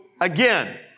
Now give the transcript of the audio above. again